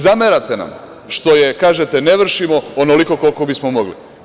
Zamerate nam što ne vršimo onoliko koliko bismo mogli.